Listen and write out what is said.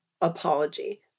apology